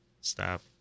Stop